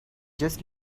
just